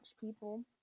people